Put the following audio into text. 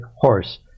horse